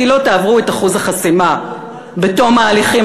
כי לא תעברו את אחוז החסימה בתום ההליכים